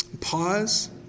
Pause